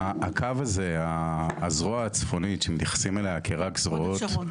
הקו הזה הזרוע הצפונית שמתייחסים אליה כרק זרועות,